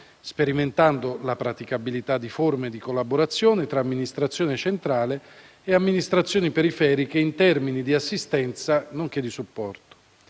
sperimentando la praticabilità di forme di collaborazione tra amministrazione centrale e amministrazioni periferiche in termini di assistenza nonché di supporto.